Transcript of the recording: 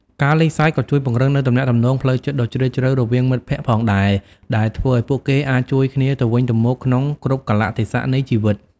ការលេងសើចក៏ជួយពង្រឹងនូវទំនាក់ទំនងផ្លូវចិត្តដ៏ជ្រាលជ្រៅរវាងមិត្តភក្តិផងដែរ ដែលធ្វើឲ្យពួកគេអាចជួយគ្នាទៅវិញទៅមកក្នុងគ្រប់កាលៈទេសៈនៃជីវិត។